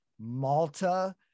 Malta